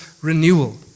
renewal